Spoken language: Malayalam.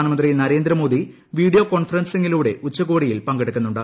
പ്രധാനമന്ത്രി നരേന്ദ്രമോദി വീഡിയോ കോൺഫറൻസിംഗിലൂടെ ഉച്ചകോടിയിൽ പങ്കെടുക്കുന്നുണ്ട്